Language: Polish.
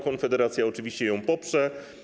Konfederacja oczywiście ją poprze.